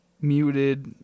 muted